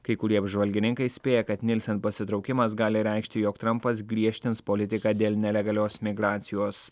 kai kurie apžvalgininkai spėja kad nilsen pasitraukimas gali reikšti jog trampas griežtins politiką dėl nelegalios imigracijos